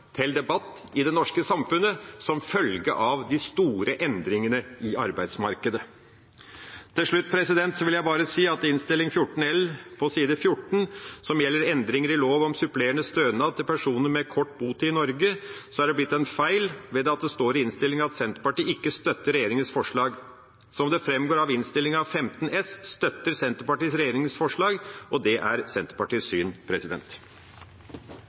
til debatt i det norske samfunnet, som følge av de store endringene i arbeidsmarkedet. Til slutt vil jeg bare si at det på side 6 i Innst. 81 L for 2014–2015, som gjelder endringer i lov om supplerende stønad til personer med kort botid i Norge, er blitt en feil: Det står i innstillinga at Senterpartiet ikke støtter regjeringas forslag. Som det framgår av Innst. 15 S for 2014–2015, støtter Senterpartiet regjeringas forslag, og det er Senterpartiets syn.